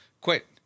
Quit